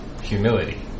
humility